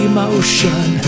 Emotion